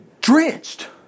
drenched